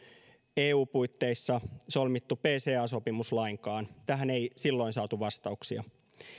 eu puitteissa solmittu pca sopimus lainkaan tähän ei silloin saatu vastauksia